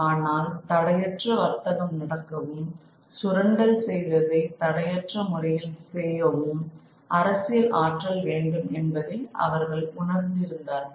ஆனால் தடையற்ற வர்த்தகம் நடக்கவும் சுரண்டல் செய்ததை தடையற்ற முறையில் செய்யவும் அரசியல் ஆற்றல் வேண்டும் என்பதை அவர்கள் உணர்ந்திருந்தார்கள்